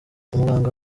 umuganga